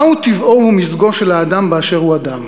מהו טבעו ומזגו של האדם באשר הוא אדם?